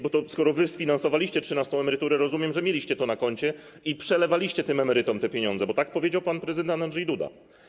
Bo skoro wy sfinansowaliście trzynastą emeryturę, to rozumiem, że mieliście to na koncie i przelewaliście emerytom te pieniądze, bo tak powiedział pan prezydent Andrzej Duda.